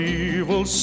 evil